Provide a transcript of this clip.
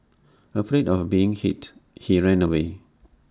afraid of being hit he ran away